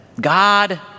God